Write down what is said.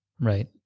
right